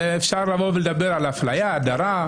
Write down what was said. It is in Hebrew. אפשר לבוא ולדבר על הפליה, על הדרה.